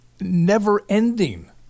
never-ending